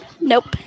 nope